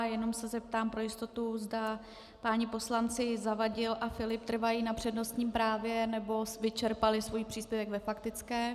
Jenom se zeptám pro jistotu, zda páni poslanci Zavadil a Filip trvají na přednostním právu, nebo vyčerpali svůj příspěvek ve faktické.